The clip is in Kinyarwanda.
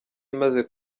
imaze